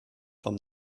vom